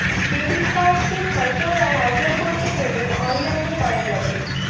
debit কার্ডকে সচল আর অচল করতে গেলে অনলাইনে করা যাবে